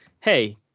hey